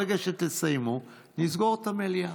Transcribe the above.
ברגע שתסיימו, נסגור את המליאה.